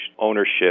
ownership